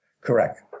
Correct